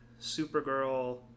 Supergirl